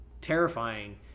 terrifying